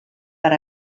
per